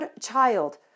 child